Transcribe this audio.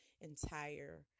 entire